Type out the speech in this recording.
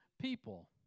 people